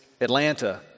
Atlanta